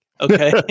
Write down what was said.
Okay